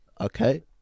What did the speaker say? okay